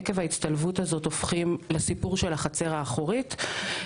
עקב ההצטלבות הזאת הופכים לסיפור של החצר האחורית.